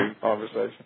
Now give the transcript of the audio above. conversation